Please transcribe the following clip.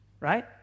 Right